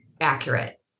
accurate